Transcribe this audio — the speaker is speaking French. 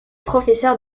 professeur